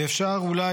ואפשר אולי,